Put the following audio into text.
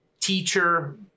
teacher